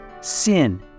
sin